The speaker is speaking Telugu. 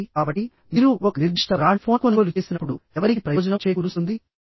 కాబట్టి కాబట్టి మీరు ఒక నిర్దిష్ట బ్రాండ్ ఫోన్ కొనుగోలు చేసినప్పుడుఎవరికి ప్రయోజనం చేకూరుస్తుంది